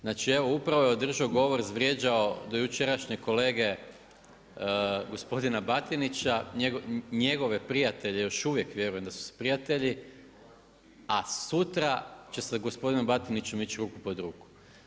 Znači evo upravo je održao govor, izvrijeđao dojučerašnje kolege gospodina Batinića, njegove prijatelje još uvijek vjerujem da su prijatelji a sutra će sa gospodinom Batinićem ići ruku pod ruku.